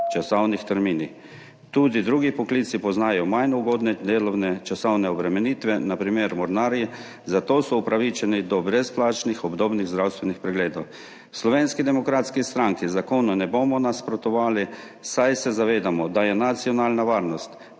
časovnih terminih. Tudi drugi poklici poznajo manj ugodne delovne časovne obremenitve, na primer mornarji, zato so upravičeni do brezplačnih obdobnih zdravstvenih pregledov. V Slovenski demokratski stranki zakonu ne bomo nasprotovali, saj se zavedamo, da je nacionalna varnost